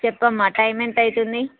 చెప్పమ్మ టైమ్ ఎంత అవుతుంది